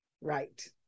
Right